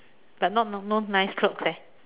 but not no nice clothes eh